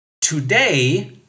today